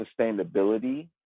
sustainability